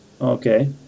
Okay